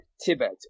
Tibet